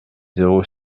zéro